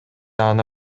аны